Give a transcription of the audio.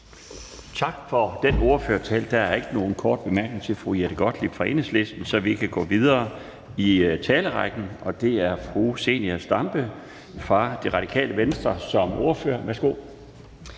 Tak for den ordførertale. Der er ikke nogen korte bemærkninger til fru Jette Gottlieb fra Enhedslisten, så vi kan gå videre i talerrækken, og det er fru Zenia Stampe fra Radikale Venstre som ordfører. Værsgo.